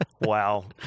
wow